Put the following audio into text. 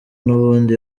n’ubundi